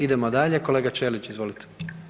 Idemo dalje, kolega Ćelić izvolite.